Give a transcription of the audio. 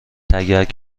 تگرگ